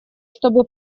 чтобы